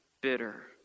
bitter